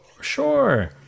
Sure